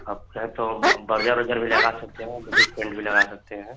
आप चाहें तो बर्ज़र उर्जर भी लगा सकते हैं ब्रिटिश पेन्ट भी लगा सकते हैं